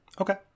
Okay